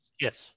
Yes